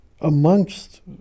amongst